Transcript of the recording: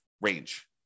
range